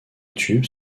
tubes